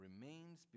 Remains